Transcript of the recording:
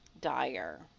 dire